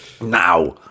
Now